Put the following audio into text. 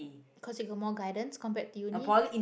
cause you got more guidance compared to Uni